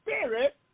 Spirit